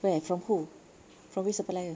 where who from which supplier